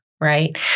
Right